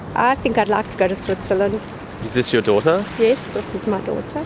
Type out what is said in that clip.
i think i'd like to go to switzerland. is this your daughter? yes, this is my daughter.